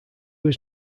was